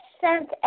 sent